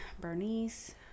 Bernice